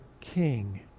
king